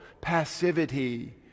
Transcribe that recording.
passivity